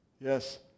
Yes